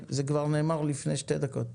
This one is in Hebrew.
זה נאמר לפני שתי דקות.